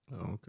Okay